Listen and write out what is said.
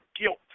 guilt